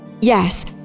Yes